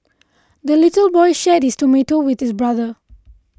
the little boy shared his tomato with his brother